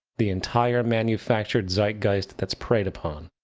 the entire manufactured zeitgeist that's preyed upon,